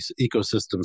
ecosystems